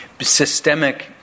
systemic